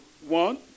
one